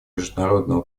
международного